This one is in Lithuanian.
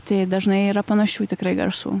tai dažnai yra panašių tikrai garsų